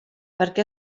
perquè